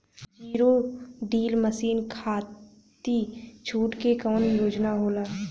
Zero till machine खाती छूट के कवन योजना होला?